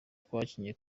twakinnye